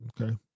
Okay